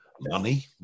money